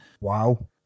Wow